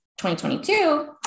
2022